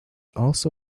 also